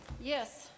Yes